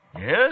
Yes